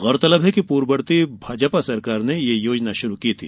गौरतलब है कि पूर्ववर्ती भाजपा सरकार ने यह योजना शुरू की थी